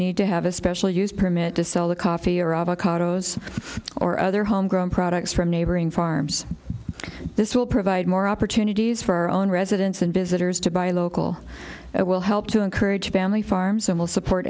need to have a special use permit to sell the coffee or avocados or other home grown products from neighboring farms this will provide more opportunities for our own residents and visitors to buy local it will help to encourage family farms and will support